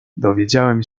dowiedziałem